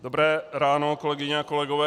Dobré ráno, kolegyně a kolegové.